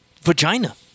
vagina